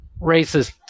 racist